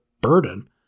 burden